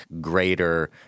greater